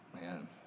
man